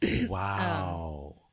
Wow